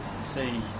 See